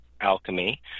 alchemy